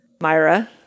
Myra